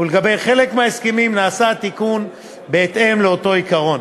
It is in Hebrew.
ולגבי חלק מההסכמים נעשה תיקון בהתאם לאותו עיקרון.